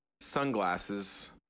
sunglasses